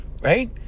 right